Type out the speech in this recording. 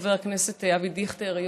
חבר הכנסת אבי דיכטר,